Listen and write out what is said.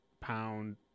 pound